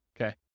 Okay